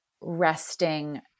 resting